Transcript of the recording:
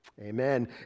amen